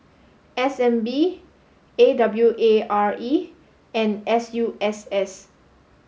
S N B A W A R E and S U S S